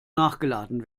nachgeladen